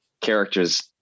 characters